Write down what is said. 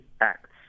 acts